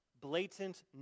blatant